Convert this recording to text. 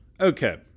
Okay